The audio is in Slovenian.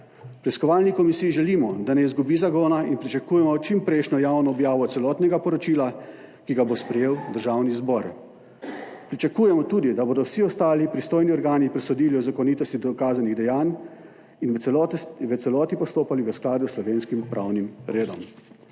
Preiskovalni komisiji želimo, da ne izgubi zagona, in pričakujemo čimprejšnjo javno objavo celotnega poročila, ki ga bo sprejel Državni zbor. Pričakujemo tudi, da bodo vsi ostali pristojni organi presodili o zakonitosti dokazanih dejanj in v celoti postopali v skladu s slovenskim pravnim redom.